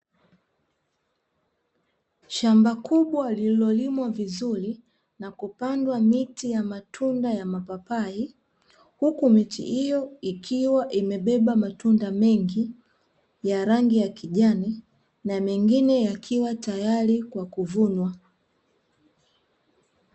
Shamba kubwa lililolimwa vizuri na kupandwa miti ya matunda ya mapapai, huku miti hiyo ikiwa imebeba matunda mengi ya rangi ya kijani, na mengine yakiwa tayari kwa kuvunwa.